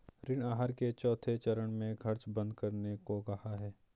ऋण आहार के चौथे चरण में खर्च बंद करने को कहा है